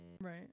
right